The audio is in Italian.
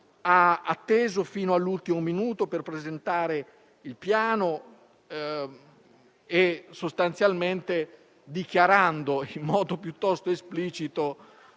hanno atteso fino all'ultimo minuto per presentare il piano, sostanzialmente dichiarando in modo piuttosto esplicito